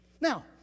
Now